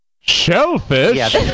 Shellfish